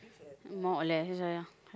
more or less ya ya